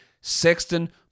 Sexton